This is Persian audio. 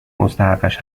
مستحقش